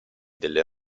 delle